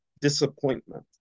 disappointment